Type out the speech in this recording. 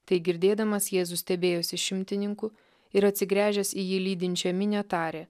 tai girdėdamas jėzus stebėjosi šimtininku ir atsigręžęs į jį lydinčią minią tarė